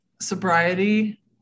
sobriety